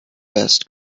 best